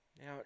Now